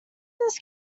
this